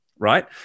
Right